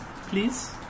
Please